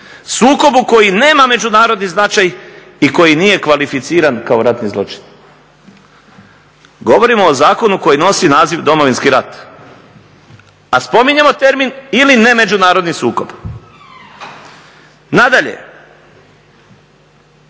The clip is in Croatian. sukobu koji nema međunarodni značaj i koji nije kvalificiran kao ratni zločin". Govorimo o zakonu koji nosi naziv Domovinski rat, a spominjemo termin ili ne-međunarodni sukob. Nadalje,